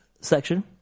section